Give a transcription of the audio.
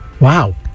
Wow